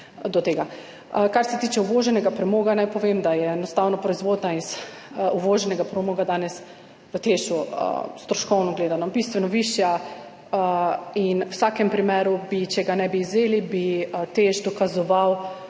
Kar se tiče uvoženega premoga, naj povem, da je enostavno proizvodnja iz uvoženega premoga danes v TEŠ stroškovno gledano bistveno višja in v vsakem primeru bi, če ga ne bi izvzeli, TEŠ dokazoval,